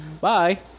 Bye